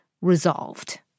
resolved